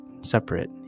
separate